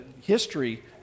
history